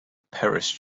parish